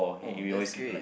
oh that's great